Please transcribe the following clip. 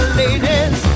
ladies